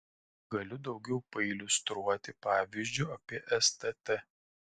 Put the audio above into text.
galiu daugiau pailiustruoti pavyzdžiu apie stt